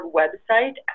website